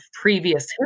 previous